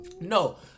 No